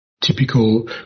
Typical